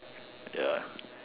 ya